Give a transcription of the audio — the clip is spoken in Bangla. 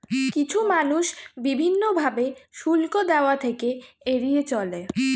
কিছু মানুষ বিভিন্ন ভাবে শুল্ক দেওয়া থেকে এড়িয়ে চলে